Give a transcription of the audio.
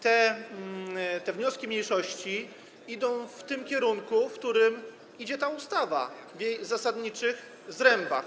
Te wnioski mniejszości idą w tym kierunku, w którym idzie ta ustawa w jej zasadniczych zrębach.